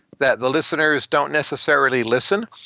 that the listeners don't necessarily listen,